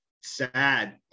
sad